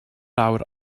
awr